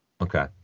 Okay